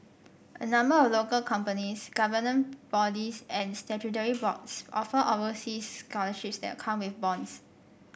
a number of local companies government bodies and statutory boards offer overseas scholarships that come with bonds